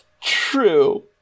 True